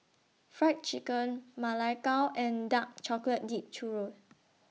Fried Chicken Ma Lai Gao and Dark Chocolate Dipped Churro